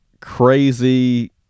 crazy